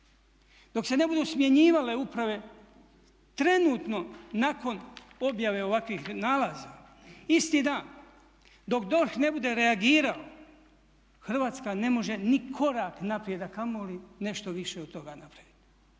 Dok se ne budu smjenjivale uprave trenutno nakon objave ovakvih nalaza isti dan, dok DORH ne bude reagirao Hrvatska ne može ni korak naprijed a kamoli nešto više od toga napraviti.